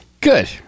Good